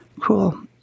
Cool